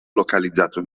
localizzato